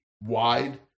wide